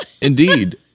Indeed